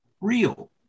real